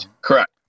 correct